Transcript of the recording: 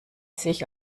sich